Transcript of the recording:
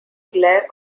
glare